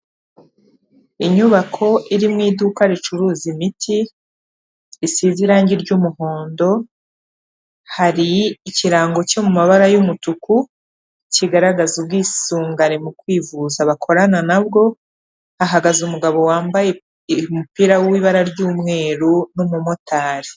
Inyubako iri mu iduka ricuruza imiti, risize irangi ry'umuhondo, hari ikirango cyo mu mabara y'umutuku, kigaragaza ubwisungane mu kwivuza bakorana nabwo, hahagaze umugabo wambaye umupira w'ibara ry'umweru n'umumotari.